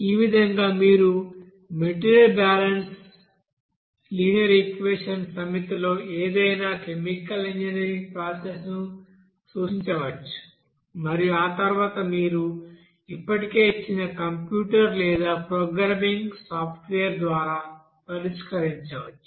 ఈ విధంగా మీరు మెటీరియల్ బ్యాలెన్స్ లీనియర్ ఈక్వెషన్స్ సమితితో ఏదైనా కెమికల్ ఇంజనీరింగ్ ప్రాసెస్ ను సూచించవచ్చు మరియు ఆ తర్వాత మీరు ఇప్పటికే ఇచ్చిన కంప్యూటర్ లేదా ప్రోగ్రామింగ్ సాఫ్ట్వేర్ ద్వారా పరిష్కరించవచ్చు